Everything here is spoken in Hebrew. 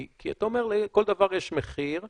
כי אתה אומר: לכל דבר יש מחיר,